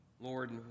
Lord